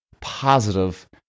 positive